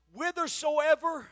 whithersoever